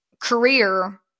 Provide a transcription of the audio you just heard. career